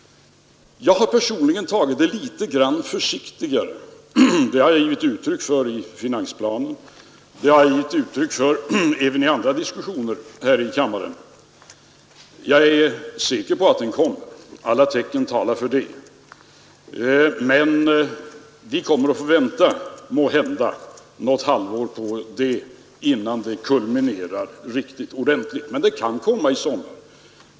Jag har personligen varit litet grand försiktigare. Det har jag givit uttryck för i finansplanen och även i diskussioner här i riksdagen. Jag är säker på att konjunkturuppgången kommer — alla tecken talar för det. Men vi kommer att få vänta måhända något halvår innan den kulminerar. Men konjunkturuppgången kan komma i sommar.